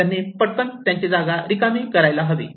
त्यांनी पटकन त्यांची जागा रिकामी करायला हवी